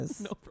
no